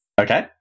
Okay